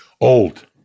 Old